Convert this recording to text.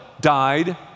died